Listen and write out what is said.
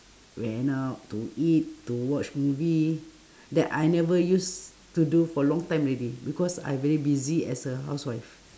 went out to eat to watch movie that I never used to do for long time already because I very busy as a housewife